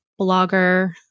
blogger